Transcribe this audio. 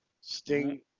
Sting